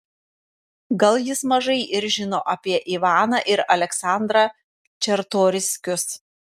gal jis mažai ir žino apie ivaną ir aleksandrą čartoriskius